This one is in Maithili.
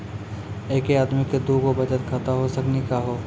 एके आदमी के दू गो बचत खाता हो सकनी का हो?